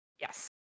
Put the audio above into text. Yes